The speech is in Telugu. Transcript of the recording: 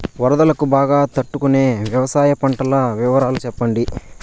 వరదలకు బాగా తట్టు కొనే వ్యవసాయ పంటల వివరాలు చెప్పండి?